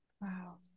Wow